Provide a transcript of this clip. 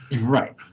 Right